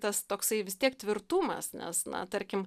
tas toksai vis tiek tvirtumas nes na tarkim